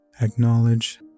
Acknowledge